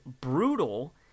brutal